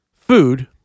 food